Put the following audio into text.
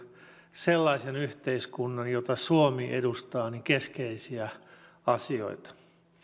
sellaisen yhteiskunnan jota suomi edustaa keskeisiä asioita